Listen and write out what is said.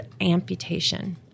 amputation